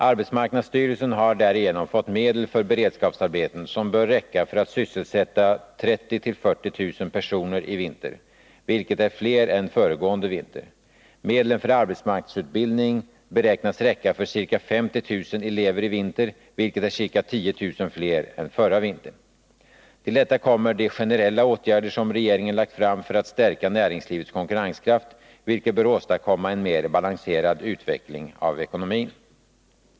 Arbetsmarknadsstyrelsen har därigenom fått medel för beredskapsarbeten, som bör räcka för att sysselsätta 30 000-40 000 personer i vinter, vilket är fler än under föregående vinter. Medlen för arbetsmarknadsutbildning beräknas räcka för ca 50 000 elever i vinter, vilket är ca 10 000 fler än under förra vintern. Till detta kommer de generella åtgärder som regeringen lagt fram för att stärka näringslivets konkurrenskraft, vilket bör åstadkomma en mer balanserad utveckling av ekonomin.